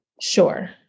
sure